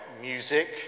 music